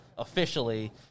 officially